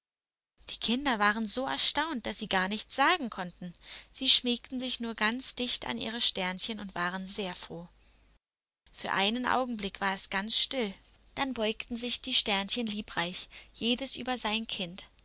die kinder waren so erstaunt daß sie gar nichts sagen konnten sie schmiegten sich nur ganz dicht an ihre sternchen und waren sehr froh für einen augenblick war es ganz still dann beugten sich die sternchen liebreich jedes über sein kind